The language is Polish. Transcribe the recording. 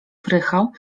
prychał